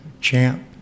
Champ